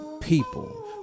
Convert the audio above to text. people